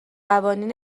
قوانین